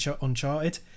Uncharted